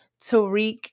Tariq